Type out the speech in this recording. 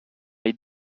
les